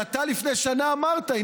שאתה לפני שנה אמרת,